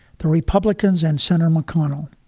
the republicans and senator mcconnell.